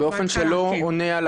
באופן שלא עונה על